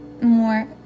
more